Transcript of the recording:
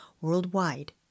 worldwide